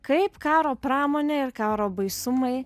kaip karo pramonė ir karo baisumai